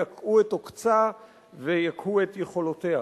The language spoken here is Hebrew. יקהו את עוקצה ויקהו את יכולותיה.